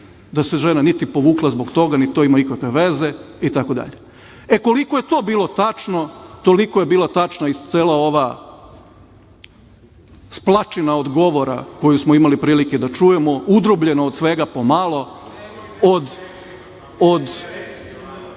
da se žena nije povukla zbog toga niti to ima ikakve veze i tako dalje. E, koliko je to bilo tačno, toliko je bila tačna i sva ova splačina od govora koju smo imali prilike da čujemo udrobljena od svega pomalo.(Aleksandar